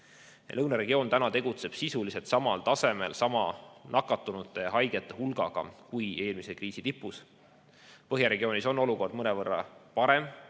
Lõunaregioon tegutseb sisuliselt samal tasemel, sama nakatunute ja haigete hulgaga kui eelmise kriisi tipus. Põhjaregioonis on olukord mõnevõrra parem,